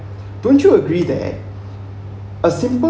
don't you agree that a simple